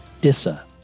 DISA